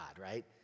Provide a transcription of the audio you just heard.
right